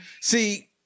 See